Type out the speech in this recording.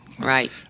Right